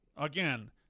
Again